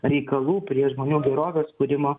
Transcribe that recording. reikalų prie žmonių gerovės kūrimo